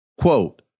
Quote